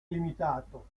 limitato